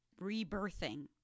rebirthing